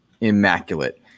immaculate